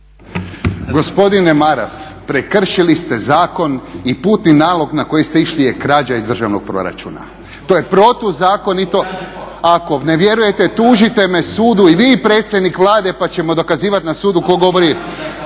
Gospodine Maras, prekršili ste zakon i putni nalog na koji ste išli je krađa iz državnog proračuna. To je protuzakonito… … /Upadica se ne razumije./ … Ako ne vjerujete tužite me sudu i vi i predsjednik Vlade pa ćemo dokazivat na sudu tko govori.